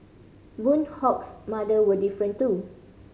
Boon Hock's mother were different too